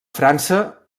frança